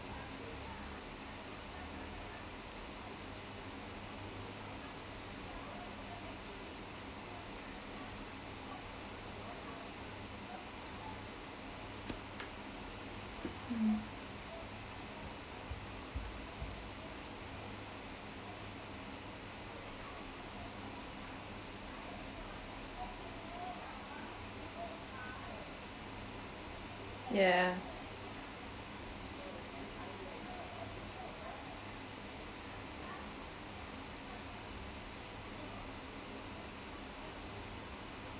mmhmm yeah